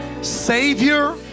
Savior